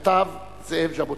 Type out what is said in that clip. כתב זאב ז'בוטינסקי: